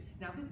Now